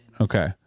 okay